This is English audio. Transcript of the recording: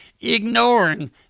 ignoring